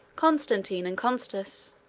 constantine and constans,